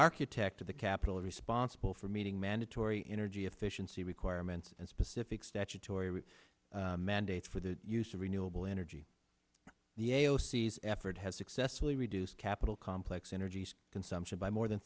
architect of the capitol responsible for meeting mandatory energy efficiency requirements and specific statutory mandates for the use of renewable energy the a o c s effort has successfully reduced capital complex energy's consumption by more than